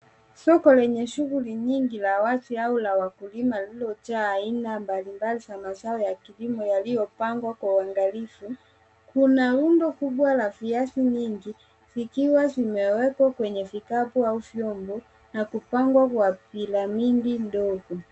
Soko lenye shughuli nyingi la wazi au la wakulima lililojaa aina mbalimbali za mazao ya kilimo yaliyopangwa kwa uangalifu . Kuna rundo kubwa la viazi vingi zikiwa zimewekwa kwenye vikapu au vyombo, na kupangwa kwa piramidi ndogo.